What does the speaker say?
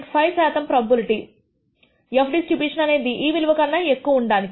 5శాతము probability f distribution అనేది ఈ విలువ కన్నా ఎక్కువ ఉండడానికి